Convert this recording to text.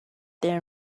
their